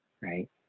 right